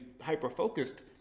hyper-focused